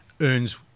earns